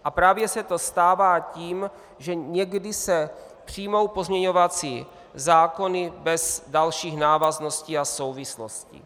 A právě se to stává tím, že někdy se přijmou pozměňovací návrhy bez dalších návazností a souvislostí.